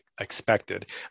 expected